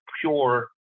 pure